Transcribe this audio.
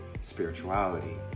spirituality